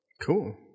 Cool